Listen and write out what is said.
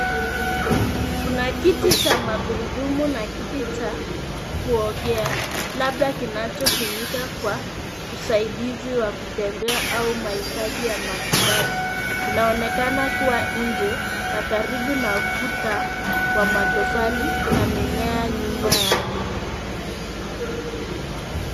Kuna kiti cha magurudumu na kiti cha kuogea labda kinachotumika aka usaidizi wa kutembea au maitaji ya matibabu. Inaonekana kuwa nje na karibu na ukuta wa matofali na mimea nyuma yake.